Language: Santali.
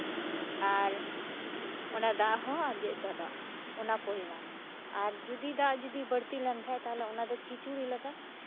ᱟᱨ ᱚᱱᱟ ᱫᱟᱜ ᱦᱚᱸ ᱟᱸᱡᱮᱛ ᱪᱟᱵᱟᱜ ᱚᱱᱟ ᱯᱚᱨᱤᱢᱟᱱ ᱟᱨ ᱡᱩᱫᱤ ᱫᱟᱜ ᱡᱩᱫᱤ ᱵᱟᱹᱲᱛᱤ ᱞᱮᱱᱠᱷᱟᱱ ᱛᱟᱦᱞᱮ ᱚᱱᱟ ᱫᱚ ᱠᱷᱤᱪᱩᱲᱤ ᱞᱮᱠᱟ